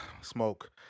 Smoke